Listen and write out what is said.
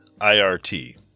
IRT